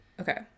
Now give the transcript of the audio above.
Okay